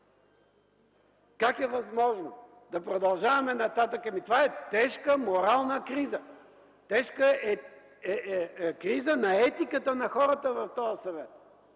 Как е възможно да продължаваме нататък? Това е тежка морална криза! Тежка криза на етиката на хората в този Съвет!